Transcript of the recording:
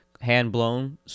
hand-blown